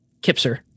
Kipser